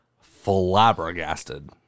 flabbergasted